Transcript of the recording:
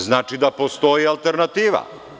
Znači da postoji alternativa.